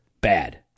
bad